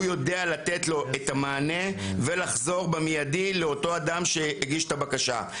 הוא יודע לתת לו את המענה ולחזור במיידי לאותו אדם שהגיש את הבקשה.